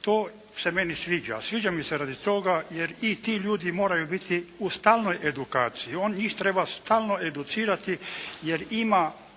To se meni sviđa. Sviđa mi se radi toga jer i ti ljudi moraju biti u stalnoj edukaciji. Njih treba stalno educirati jer ima